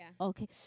okay